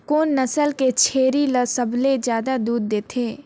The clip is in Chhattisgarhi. कोन नस्ल के छेरी ल सबले ज्यादा दूध देथे?